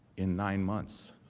in nine months.